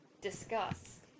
Discuss